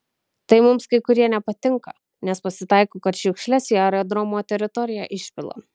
tai mums kai kurie nepatinka nes pasitaiko kad šiukšles į aerodromo teritoriją išpila